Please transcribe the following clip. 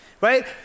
right